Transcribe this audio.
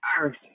earth